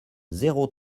zéro